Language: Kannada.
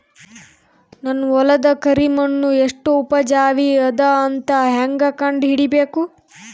ನನ್ನ ಹೊಲದ ಕರಿ ಮಣ್ಣು ಎಷ್ಟು ಉಪಜಾವಿ ಅದ ಅಂತ ಹೇಂಗ ಕಂಡ ಹಿಡಿಬೇಕು?